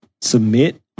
submit